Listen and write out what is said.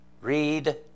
Read